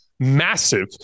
Massive